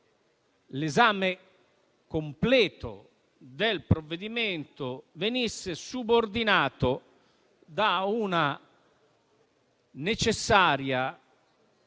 l'esame completo del provvedimento venisse subordinato alla necessaria